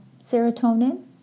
serotonin